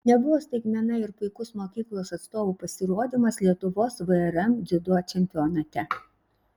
nebuvo staigmena ir puikus mokyklos atstovų pasirodymas lietuvos vrm dziudo čempionate